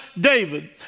David